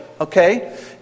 Okay